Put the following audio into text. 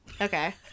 okay